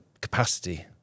capacity